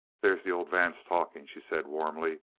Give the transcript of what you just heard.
there's the old vance talking, she said warmly,